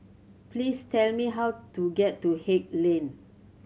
please tell me how to get to Haig Lane